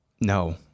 No